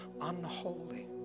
unholy